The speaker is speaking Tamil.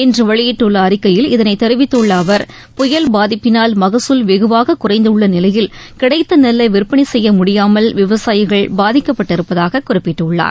இன்று வெளியிட்டுள்ள அறிக்கையில் இதனைத் தெரிவித்துள்ள அவர் புயல் பாதிப்பினால் மக்குல் வெகுவாக குறைந்துள்ள நிலையில் கிடைத்த நெல்லை விற்பனை செய்ய முடியாமல் விவசாயிகள் பாதிக்கப்பட்டு இருப்பதாக குறிப்பிட்டுள்ளார்